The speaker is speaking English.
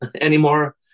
anymore